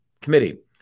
committee